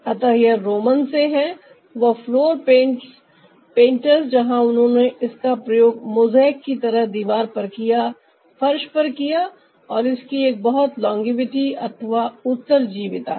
अतः यह रोमन से हैं वह फ्लोर पेटर्न्स जहां उन्होंने इसका प्रयोग मोसैक की तरह दीवार पर किया फर्श पर किया और इसकी एक बहुत लोंगेविटी अथवा उत्तरजीविता है